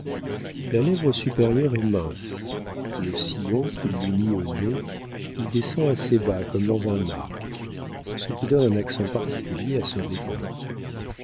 la lèvre supérieure est mince le sillon qui l'unit au nez y descend assez bas comme dans un arc ce qui donne un accent particulier à son dédain